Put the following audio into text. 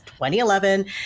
2011